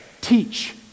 teach